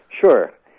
Sure